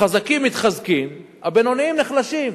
החזקים מתחזקים, הבינוניים נחלשים.